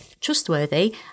trustworthy